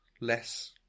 less